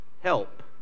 help